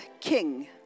king